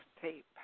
tape